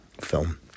film